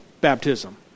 baptism